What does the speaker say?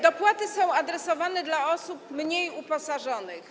Dopłaty są adresowane do osób mniej uposażonych.